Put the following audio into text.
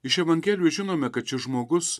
iš evangelijų žinome kad šis žmogus